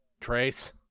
trace